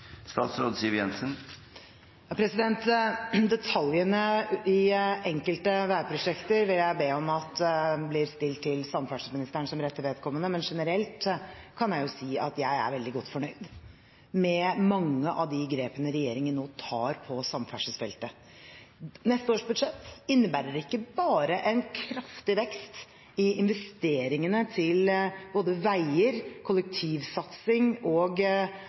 detaljene i enkelte veiprosjekter vil jeg be om at blir stilt til samferdselsministeren som rette vedkommende, men generelt kan jeg si at jeg er veldig godt fornøyd med mange av de grepene regjeringen nå tar på samferdselsfeltet. Neste års budsjett innebærer ikke bare en kraftig vekst i investeringene til både veier, kollektivsatsing og